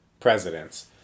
Presidents